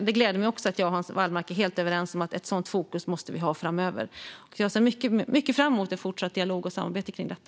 Det gläder mig att Hans Wallmark och jag är helt överens om att vi måste ha ett sådant fokus framöver. Jag ser mycket fram emot en fortsatt dialog och ett samarbete om detta.